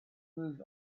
moved